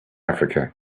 africa